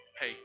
hey